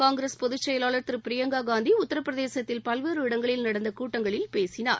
காங்கிரஸ் பொதுச் செயவாளர் திரு பிரியங்கா காந்தி உத்தரப்பிரதேசத்தில் பல்வேறு இடங்களில் நடந்த கூட்டங்களில் பேசினார்